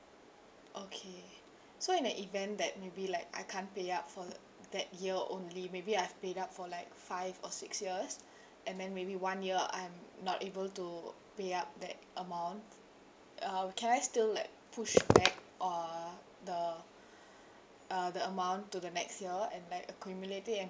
okay so in the event that maybe like I can't pay up for the that year only maybe I've paid up for like five or six years and then maybe one year I'm not able to pay up that amount um can I still like push back uh the uh the amount to the next year and like accumulate it and